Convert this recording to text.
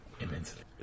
immensely